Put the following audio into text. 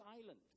silent